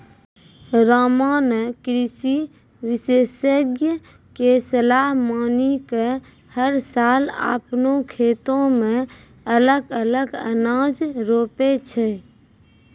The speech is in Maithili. रामा नॅ कृषि विशेषज्ञ के सलाह मानी कॅ हर साल आपनों खेतो मॅ अलग अलग अनाज रोपै छै